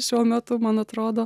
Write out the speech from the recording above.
šiuo metu man atrodo